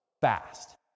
fast